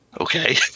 Okay